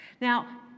Now